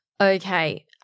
Okay